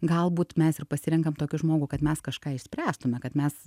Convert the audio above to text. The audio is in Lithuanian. galbūt mes ir pasirenkam tokį žmogų kad mes kažką išspręstume kad mes